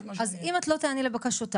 אז אם את לא תעני לבקשותיי,